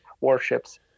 warships